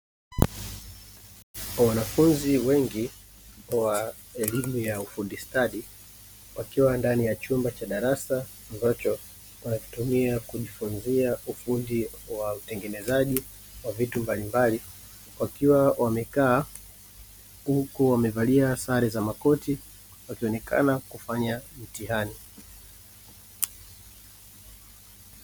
Wanafunzi wengi wa elimu ya ufundi stadi, wakiwa ndani ya chumba cha darasa ambacho wanakitumia kujifunzia ufundi wa utengenezaji wa vitu mbalimbali, wakiwa wamekaa huku wamevalia sare za makoti wakionekana kufanya mtihani.